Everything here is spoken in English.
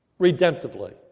redemptively